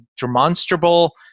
demonstrable